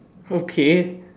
okay